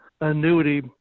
annuity